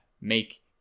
make